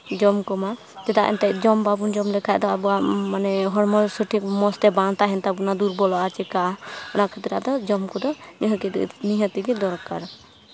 ᱡᱚᱢ ᱠᱚᱢᱟ ᱪᱮᱫᱟᱜ ᱮᱱᱛᱮᱫ ᱡᱚᱢ ᱵᱟᱵᱚᱱ ᱡᱚᱢ ᱞᱮᱠᱷᱟᱡ ᱟᱵᱚᱣᱟᱜ ᱢᱟᱱᱮ ᱦᱚᱲᱢᱚ ᱥᱚᱴᱷᱤᱠ ᱢᱚᱡᱽ ᱛᱮ ᱵᱟᱝ ᱛᱟᱦᱮᱱ ᱛᱟᱵᱚᱱᱟ ᱫᱩᱨᱵᱚᱞᱚᱜᱼᱟ ᱪᱮᱠᱟᱜᱼᱟ ᱚᱱᱟ ᱠᱷᱟᱹᱨᱟᱜ ᱛᱮ ᱡᱚᱢ ᱠᱚᱫᱚ ᱱᱤᱦᱟᱹᱛ ᱜᱮ ᱱᱤᱦᱟᱹᱛ ᱜᱮ ᱫᱚᱨᱠᱟᱨᱟ